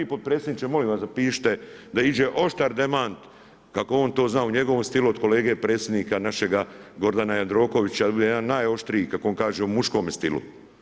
Vi potpredsjedniče molim vas zapišite da iđe oštar demant kako on to zna u njegovom stilu od kolege predsjednika našega Gordana Jandrokovića da bude jedan najoštriji kako on kaže u muškome stilu.